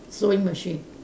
sewing machine